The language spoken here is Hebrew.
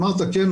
אמרת: כן,